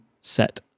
set